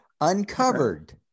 uncovered